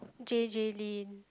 J_J-Lin